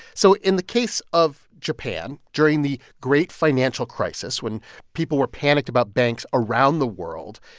so in the case of japan, during the great financial crisis when people were panicked about banks around the world,